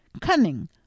cunning